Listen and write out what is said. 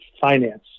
finance